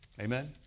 Amen